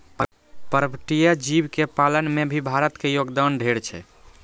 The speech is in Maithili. पर्पटीय जीव के पालन में भी भारत के योगदान ढेर छै